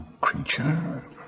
creature